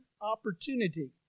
opportunity